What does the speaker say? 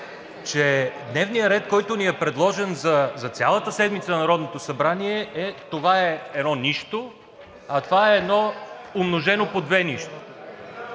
че дневният ред, който ни е предложен за цялата седмица на Народното събрание, е едно нищо, а това е едно (показва